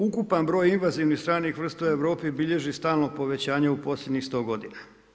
Ukupan broj invazivnih stranih vrsta u Europi bilježi stalno povećanje u posljednjih sto godina.